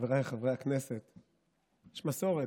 חבריי חברי הכנסת יש מסורת,